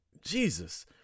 Jesus